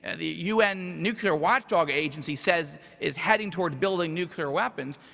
and the un nuclear watchdog agency says is heading toward building nuclear weapons.